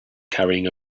carrying